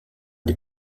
des